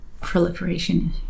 proliferation